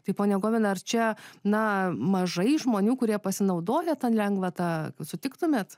tai ponia govina ar čia na mažai žmonių kurie pasinaudoja ta lengvata sutiktumėt